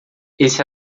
esse